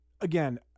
Again